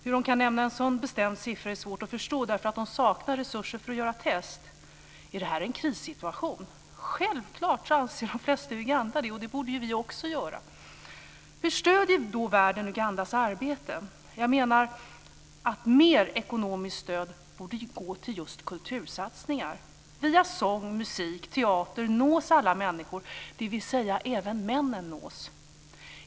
Hur man kan nämna en sådan bestämd siffra är svårt att förstå eftersom man saknar resurser för att göra test. Är det här en krissituation? Självklart anser de flesta i Uganda det, och det borde vi också göra. Hur stöder då världen Ugandas arbete? Jag menar att mer ekonomiskt stöd borde gå till just kultursatsningar. Via sång, musik och teater nås alla människor, dvs. även männen nås.